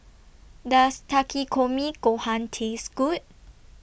Does Takikomi Gohan Taste Good